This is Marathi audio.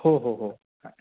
हो हो हो हा